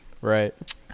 right